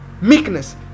Meekness